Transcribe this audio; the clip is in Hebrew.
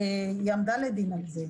שעמדה לדין על זה.